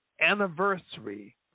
anniversary